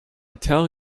tell